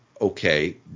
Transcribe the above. Okay